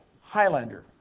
Highlander